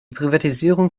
privatisierung